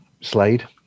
Slade